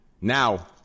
Now